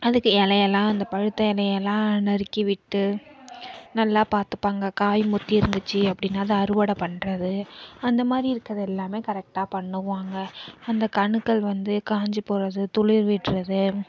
அதுக்கு இலையெல்லாம் அந்த பழுத்த இலையெல்லாம் நறுக்கி விட்டு நல்லா பார்த்துப்பாங்க காய் முத்திருந்துச்சு அப்படின்னா அதை அறுவடை பண்ணுறது அந்தமாதிரி இருக்கிறது எல்லாம் கரெக்டாக பண்ணுவாங்க அந்த கணுக்கள் வந்து காய்ஞ்சி போகிறது துளிர் விடுறது